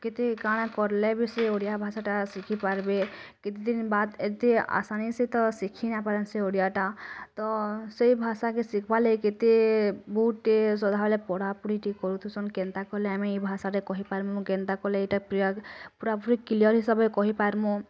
କେତେ କାଣା କରଲେ ବି ସିଏ ଓଡ଼ିଆଭାଷାଟା ଶିଖିପାର୍ବେ କେତେ ଦିନ୍ ବାଦ୍ ଏତେ ଆସାନୀ ସେ ତ ଶିଖି ନାଇଁପାରନ୍ ସେ ଓଡ଼ିଆଟା ତ ସେଇ ଭାଷାକେ ଶିଖ୍ବା ଲାଗି କେତେ ବହୁତ୍ ଟେ ସଧାବେଲେ ପଢ଼ାପୁଢ଼ି କରୁଥିସନ୍ କେନ୍ତା କଲେ ଆମେ ଏଇ ଭାଷାଟା କହିପାରମୁଁ କେନ୍ତା କଲେ ଇଟା ପିରାଗ୍ ପୂରାପୂରି କ୍ଲିୟର୍ ହିସାବେ କହିପାରମୁଁ